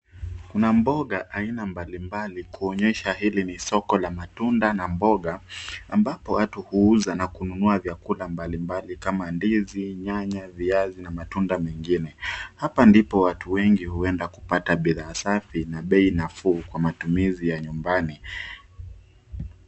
Kuna mboga aina mbali mbali kuonyesha kuwa hili ni soko la matunda na mboga ambapo watu huuza na kununua vyakula mbali mbali kama ndizi, nyanya, viazi na matunda mengine. Hapa ndipo watu wengi huenda kupata bidhaa safi na bei nafuu kwa matumizi ya nyumbani.